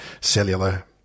cellular